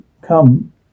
come